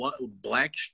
black